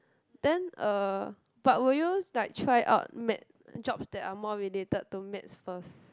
then uh but will you like try out maths jobs that are more related to maths first